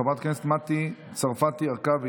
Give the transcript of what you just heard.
חברת הכנסת מטי צרפתי הרכבי,